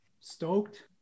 stoked